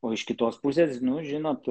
o iš kitos pusės nu žinot